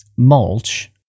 mulch